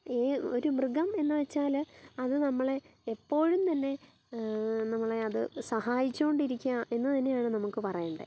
ഒരു മൃഗം എന്ന് വെച്ചാൽ അത് നമ്മളെ എപ്പോഴും തന്നെ നമ്മളെ അത് സഹായിച്ച് കൊണ്ടിരിക്കുകയാണ് എന്ന് തന്നെയാണ് നമുക്ക് പറയേണ്ടത്